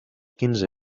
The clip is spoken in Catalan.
quinze